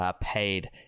paid